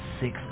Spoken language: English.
six